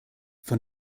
von